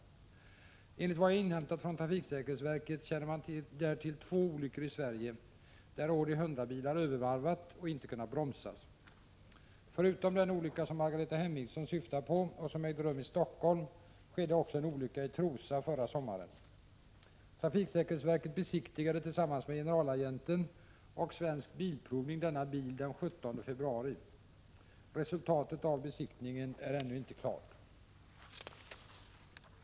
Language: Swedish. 19 februari 1987 Enligt vad jag inhämtat från trafiksäkerhetsverket känner man där till två olyckor i Sverige vid vilka Audi 100-bilar övervarvat och inte kunnat bromsas. Förutom den olycka som Margareta Hemmingsson syftar på och som ägde rum i Stockholm skedde också en olycka i Trosa förra sommaren. Trafiksäkerhetsverket besiktigade tillsammans med generalagenten och Svensk Bilprovning denna bil den 17 februari. Resultatet av besiktningen är ännu inte klart.